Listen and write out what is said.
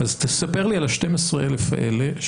אז תספר לי על 12,000 האלה.